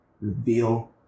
reveal